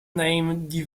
name